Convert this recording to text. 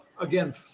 again